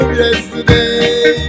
yesterday